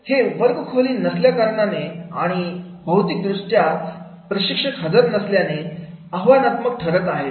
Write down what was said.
हे वर्गखोली नसल्याकारणाने आणि भौतिक दृष्ट्या प्रशिक्षक हजर नसल्याने हे आव्हानात्मक ठरत आहे